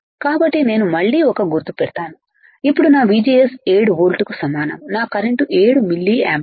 కాబట్టి నేను మళ్ళీ ఒక గుర్తు పెడతాను అప్పుడు నా VGS 7 వోల్ట్ కు సమానం నా కరెంట్ 7 మిల్లి యాంపియర్స్